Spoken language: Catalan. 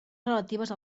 relatives